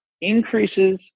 increases